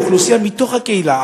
אוכלוסייה מתוך הקהילה,